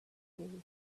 view